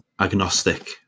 agnostic